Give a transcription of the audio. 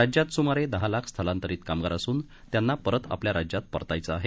राज्यात सुमारे दहा लाख स्थलांतरित कामगार असून त्यांना परत आपल्या राज्यात परतायचं आहे